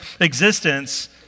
existence